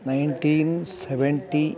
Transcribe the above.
nineteen seventy